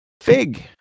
Fig